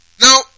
Now